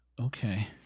Okay